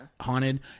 haunted